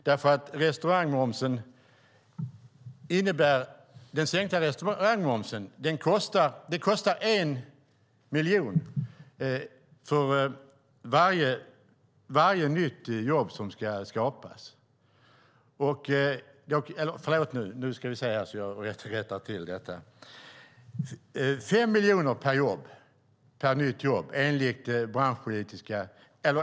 När det gäller den sänkta restaurangmomsen kostar nämligen, enligt Finanspolitiska rådets rapport, varje nytt jobb fem miljoner.